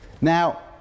Now